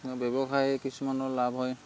ব্যৱসায় কিছুমানৰ লাভ হয়